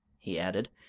he added,